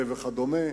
וכדומה.